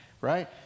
right